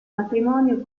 matrimonio